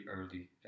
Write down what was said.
early